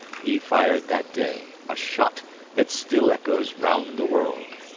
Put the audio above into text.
he fired that day a shot that still echoes round the world.